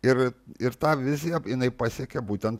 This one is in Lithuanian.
ir ir ta vizija jinai pasiekė būtent